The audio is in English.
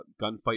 gunfight